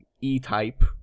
E-type